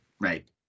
right